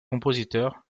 compositeur